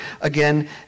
again